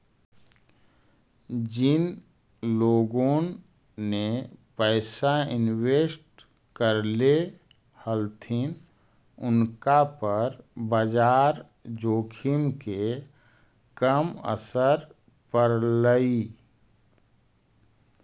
जिन लोगोन ने पैसा इन्वेस्ट करले हलथिन उनका पर बाजार जोखिम के कम असर पड़लई